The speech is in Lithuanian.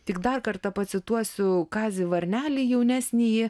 tik dar kartą pacituosiu kazį varnelį jaunesnįjį